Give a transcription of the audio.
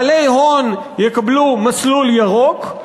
בעלי הון יקבלו מסלול ירוק,